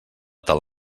tal